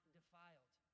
defiled